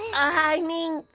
i mean.